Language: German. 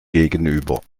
gegenüber